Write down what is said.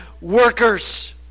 workers